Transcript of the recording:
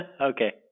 Okay